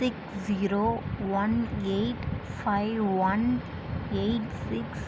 six zero one eight five one eight six